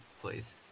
please